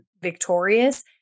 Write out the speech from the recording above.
victorious